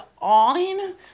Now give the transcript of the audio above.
on